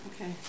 Okay